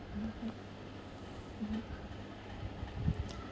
mm mm mmhmm